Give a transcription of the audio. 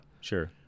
Sure